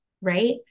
right